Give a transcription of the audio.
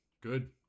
good